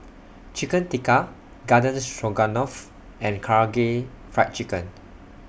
Chicken Tikka Garden Stroganoff and Karaage Fried Chicken